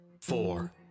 four